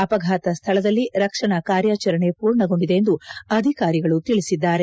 ಅಪಘಾತ ಸ್ದಳದಲ್ಲಿ ರಕ್ಷಣಾ ಕಾರ್ಯಾಚರಣೆ ಪೂರ್ಣಗೊಂಡಿದೆ ಎಂದು ಅಧಿಕಾರಿಗಳು ತಿಳಿಸಿದ್ದಾರೆ